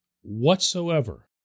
whatsoever